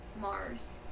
Mars